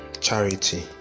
charity